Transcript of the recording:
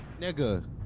Nigga